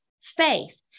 faith